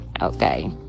Okay